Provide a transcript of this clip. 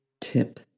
tip